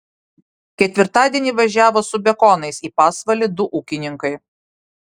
ketvirtadienį važiavo su bekonais į pasvalį du ūkininkai